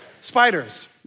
Spiders